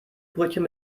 brötchen